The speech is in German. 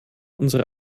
unsere